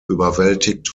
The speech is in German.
überwältigt